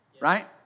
Right